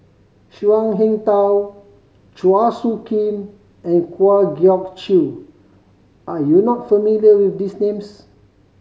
Zhuang Shengtao Chua Soo Khim and Kwa Geok Choo are you not familiar with these names